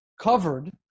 covered